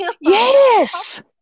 Yes